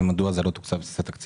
זה מדוע זה לא תוקצב לשאלתך.